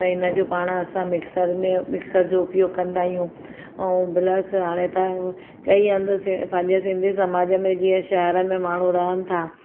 त हिनजो पाण असां मिक्सर में मिक्सर जो उपयोगु कंदा आहियूं ऐं प्लस हाणे त कईं हंधि सि पंहिंजे सिंधी समाज में जीअं शहर में माण्हू रहनि था